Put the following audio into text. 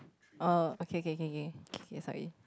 oh okay K K K okay sorry